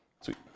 Sweet